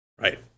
Right